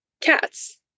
Cats